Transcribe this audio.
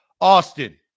Austin